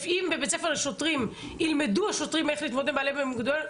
אם בבית ספר לשוטרים ילמדו השוטרים איך להתמודד עם בעלי מוגבלויות,